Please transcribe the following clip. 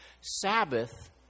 Sabbath